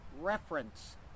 reference